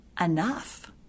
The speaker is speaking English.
enough